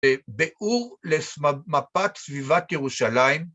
‫באור למפת סביבת ירושלים.